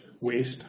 waste